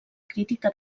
crítica